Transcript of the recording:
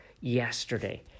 yesterday